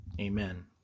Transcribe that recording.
amen